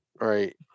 Right